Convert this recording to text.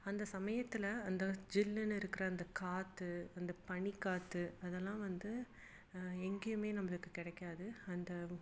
அந்த சமயத்தில் அந்த ஜில்லுனு இருக்கிற அந்த காற்று அந்த பனிக்காற்று அதெல்லாம் வந்து எங்கேயுமே நம்மளுக்கு கிடைக்காது அந்த